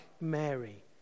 Mary